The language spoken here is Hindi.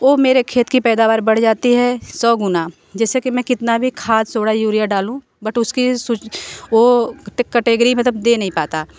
वो मेरे खेत की पैदावार बढ़ जाती है सौ गुना जैसे कि मैं कितना भी खाद सोडा यूरिया डालूँ बट उसकी वो कटेगरी मतलब दे नहीं पाता